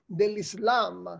dell'Islam